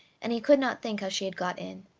and he could not think how she had got in.